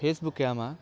ফেচবুকে আমাক